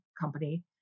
company